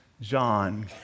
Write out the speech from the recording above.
John